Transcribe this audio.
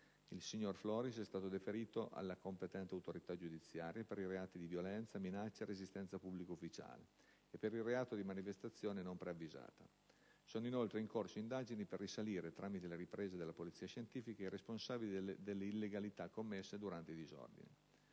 Il signor Floris è stato deferito alla competente autorità giudiziaria per i reati di violenza, minaccia e resistenza a pubblico ufficiale e per il reato di manifestazione non preavvisata. Sono inoltre in corso indagini per risalire, tramite le riprese della polizia scientifica, ai responsabili delle illegalità commesse durante i disordini.